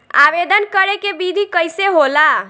आवेदन करे के विधि कइसे होला?